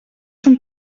són